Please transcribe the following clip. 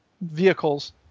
vehicles